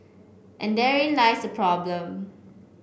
and therein lies problem